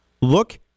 Look